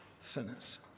sinners